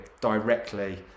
directly